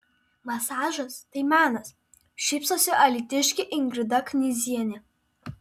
masažas tai menas šypsosi alytiškė ingrida knyzienė